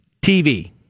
TV